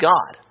God